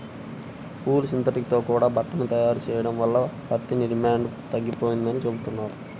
ఊలు, synthetic తో కూడా బట్టని తయారు చెయ్యడం వల్ల పత్తికి డిమాండు తగ్గిపోతందని చెబుతున్నారు